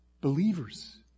Believers